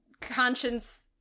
conscience